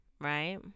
right